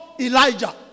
Elijah